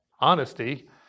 honesty